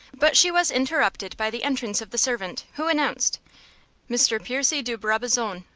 but she was interrupted by the entrance of the servant, who announced mr. percy de brabazon.